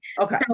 okay